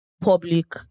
public